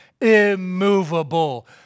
Immovable